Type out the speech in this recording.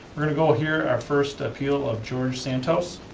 we're gonna go hear our first appeal of george santos.